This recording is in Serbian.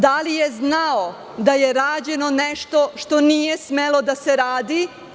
Da li je znao da je rađeno nešto što nije smelo da se radi?